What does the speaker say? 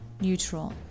neutral